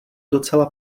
docela